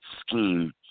scheme